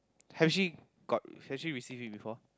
have she got have she receive him before